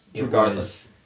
Regardless